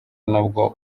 nubwo